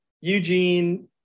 Eugene